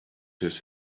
his